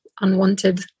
unwanted